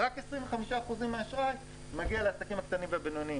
רק 25% מהאשראי מגיע לעסקים הקטנים והבינוניים.